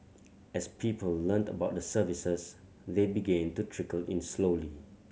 as people learnt about the services they began to trickle in slowly